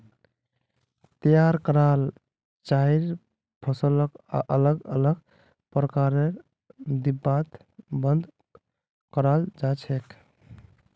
तैयार कराल चाइर फसलक अलग अलग प्रकारेर डिब्बात बंद कराल जा छेक